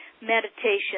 meditation